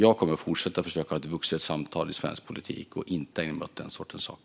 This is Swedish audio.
Jag kommer att fortsätta försöka ha ett vuxet samtal i svensk politik och inte ägna mig åt den sortens saker.